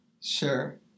Sure